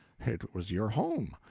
it was your home.